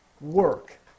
work